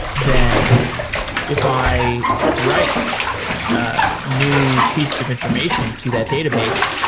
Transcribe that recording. then if i write a new piece of information to that database,